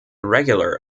regular